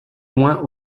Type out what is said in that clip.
loin